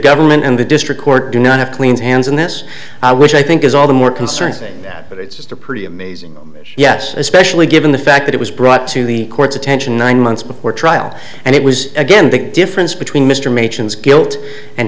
government and the district court do not have clean hands on this which i think is all the more concerned that it's just a pretty amazing yes especially given the fact that it was brought to the court's attention nine months before trial and it was again big difference between guilt and